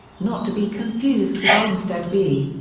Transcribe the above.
not to be confused with olmstead v.